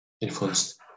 influenced